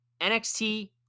NXT